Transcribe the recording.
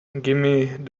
gimme